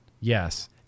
Yes